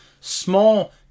small